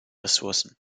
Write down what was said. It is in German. ressourcen